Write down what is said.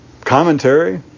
commentary